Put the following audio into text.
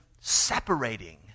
separating